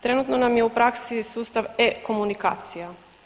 Trenutno nam je u pravi sustav e-komunikacija.